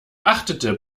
achtete